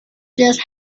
chest